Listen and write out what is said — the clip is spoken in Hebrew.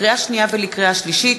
לקריאה שנייה ולקריאה שלישית,